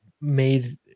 made